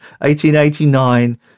1889